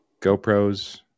GoPros